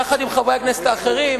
יחד עם חברי הכנסת האחרים,